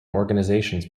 organizations